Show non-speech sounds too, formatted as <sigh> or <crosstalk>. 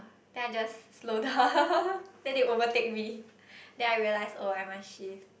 then I just slow down <laughs> then they overtake me then I realize oh I must shift